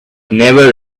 never